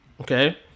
Okay